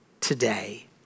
today